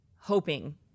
hoping